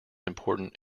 important